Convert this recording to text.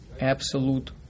absolute